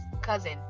cousin